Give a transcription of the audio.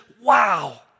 Wow